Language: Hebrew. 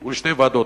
היא שתי ועדות,